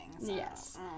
Yes